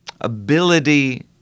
ability